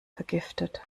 vergiftet